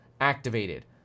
activated